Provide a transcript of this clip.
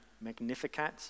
Magnificat